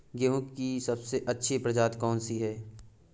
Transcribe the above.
गेहूँ की सबसे अच्छी प्रजाति कौन सी है?